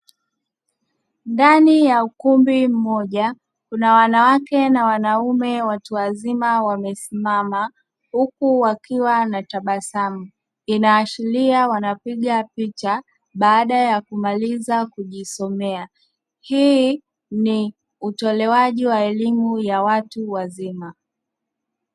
Ndani ya ukumbi mmoja kuna wanawake na wanaume watu wazima wamesimama, huku wakiwa na tabasamu inaashiria wanapiga picha baada ya kumaliza kujisomea hii ni utolewaji wa elimu ya watu wazima.